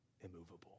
immovable